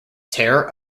terror